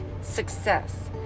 success